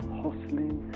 hustling